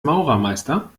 maurermeister